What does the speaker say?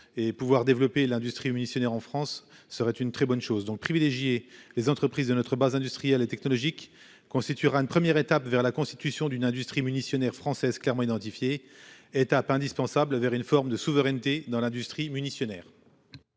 et pouvoir développer l'industrie missionnaire en France serait une très bonne chose donc privilégier les entreprises de notre base industrielle et technologique constituera une première étape vers la constitution d'une industrie munitions nerfs française clairement identifiés, étape indispensable vers une forme de souveraineté dans l'industrie munis scionner.